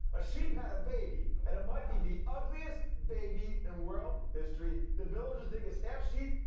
a sheep had a baby and it might be the ugliest baby in world history. the villagers think it's half-sheep,